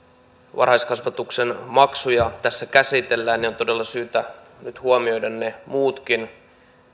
varhaiskasvatuksen maksuja tässä käsitellään niin on todella syytä huomioida ne muutkin